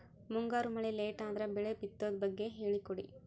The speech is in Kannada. ಮುಂಗಾರು ಮಳೆ ಲೇಟ್ ಅದರ ಬೆಳೆ ಬಿತದು ಬಗ್ಗೆ ಹೇಳಿ ಕೊಡಿ?